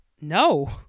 No